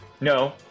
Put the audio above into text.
No